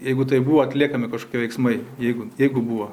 jeigu tai buvo atliekami kažkokie veiksmai jeigu jeigu buvo